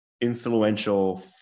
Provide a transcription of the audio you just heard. influential